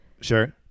sure